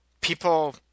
people